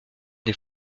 des